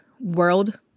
world